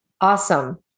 Awesome